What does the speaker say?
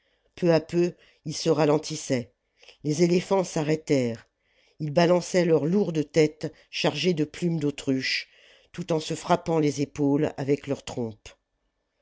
peu à peu il se ralentissait les éléphants s'arrêtèrent ils balançaient leurs lourdes têtes chargées de plumes d'autruche tout en se frappant les épaules avec leur trompe